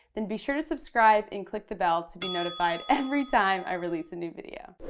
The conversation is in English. then be sure to subscribe and click the bell to be notified every time i release a new video.